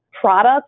products